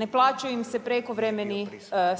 ne plaćaju im se prekovremeni